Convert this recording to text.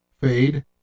Fade